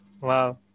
Wow